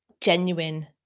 genuine